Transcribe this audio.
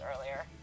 earlier